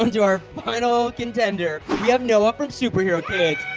um to our final contender. we have noah from superherokids.